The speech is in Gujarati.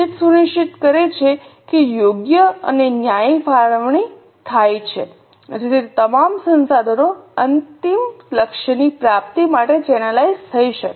બજેટ સુનિશ્ચિત કરે છે કે યોગ્ય અને ન્યાયી ફાળવણી થાય છે જેથી તમામ સંસાધનો અંતિમ લક્ષ્યની પ્રાપ્તિ માટે ચેનલાઇઝ થઈ શકે